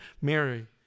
Mary